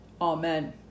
Amen